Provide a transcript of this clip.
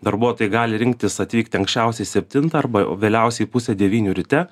darbuotojai gali rinktis atvykti anksčiausiai septintą arba vėliausiai pusę devynių ryte